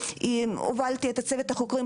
הובלתי צוות החוקרים,